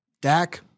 Dak